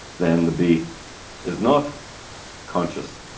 then the bee is not conscious.